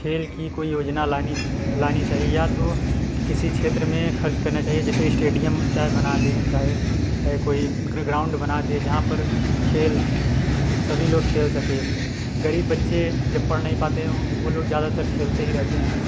खेल की कोई योजना लानी लानी चाहिए या तो किसी क्षेत्र में खर्च करना चाहिए जैसे इस्टेडियम चाहे बना दे चाहे चाहे कोई ग्र ग्राउंड बना दे जहाँ पर खेल सभी लोग खेल सकें गरीब बच्चे जब पढ़ नहीं पाते हैं वो लोग ज़्यादातर खेलते ही रहते हैं